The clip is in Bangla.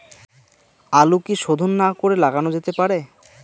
আলু কি শোধন না করে লাগানো যেতে পারে?